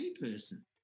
person